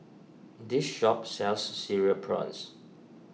this shop sells Cereal Prawns